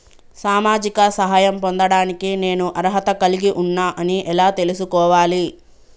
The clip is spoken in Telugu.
సామాజిక సహాయం పొందడానికి నేను అర్హత కలిగి ఉన్న అని ఎలా తెలుసుకోవాలి?